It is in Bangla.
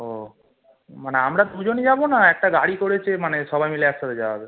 ও মানে আমরা দুজনই যাবো না একটা গাড়ি করে মানে সবাই মিলে একসাথে যাওয়া হবে